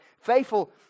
Faithful